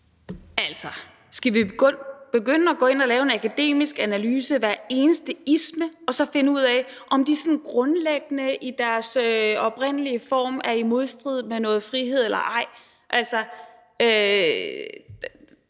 skal vi begynde at gå ind og lave en akademisk analyse af hver eneste isme og så finde ud af, om de sådan grundlæggende i deres oprindelige form er i modstrid med noget frihed eller ej?